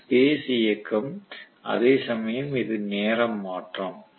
இது ஸ்பேஸ் இயக்கம் space movement அதேசமயம் இது நேர மாற்றம்